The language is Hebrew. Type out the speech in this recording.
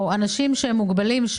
או אנשים מוגבלים,